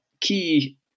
key